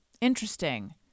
interesting